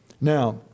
Now